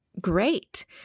great